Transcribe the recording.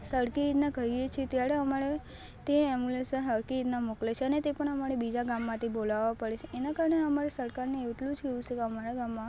સરખી રીતના કહીએ છીએ ત્યારે અમારે તે એમ્બુલન્સને સરખી રીતના મોકલે છે અને તે પણ અમારે બીજા ગામમાંથી બોલાવવા પડે છે એનાં કારણે અમારે સરકારને એટલું જ કહેવું છે કે અમારા ગામમાં